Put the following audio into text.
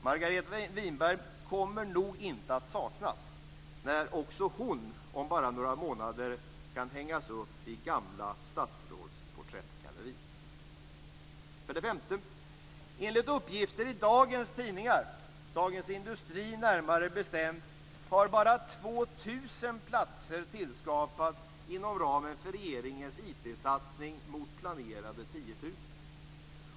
Margareta Winberg kommer nog inte att saknas när också hon om bara några månader kan hängas upp i gamla statsråds porträttgalleri. För det femte har enligt uppgifter i dagens tidningar, närmare bestämt i Dagens Industri, bara 2 000 satsning mot planerade 10 000.